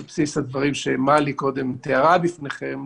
על בסיס הדברים שמלי קודם תיארה בפניכם.